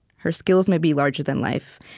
her skills may be larger than life,